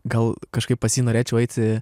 gal kažkaip pas jį norėčiau eiti